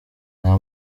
nta